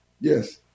Yes